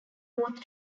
both